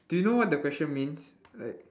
do you know what the question means like